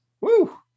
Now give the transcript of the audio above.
woo